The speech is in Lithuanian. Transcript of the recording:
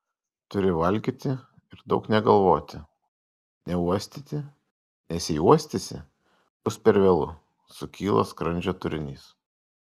turi valgyti ir daug negalvoti neuostyti nes jei uostysi bus per vėlu sukyla skrandžio turinys